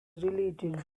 deleted